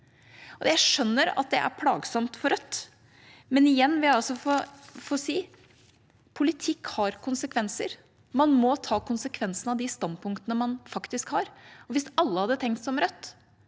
Jeg skjønner at det er plagsomt for Rødt, men igjen vil jeg si: Politikk har konsekvenser. Man må ta konsekvensen av de standpunktene man faktisk har. Hvis alle hadde tenkt som Rødt,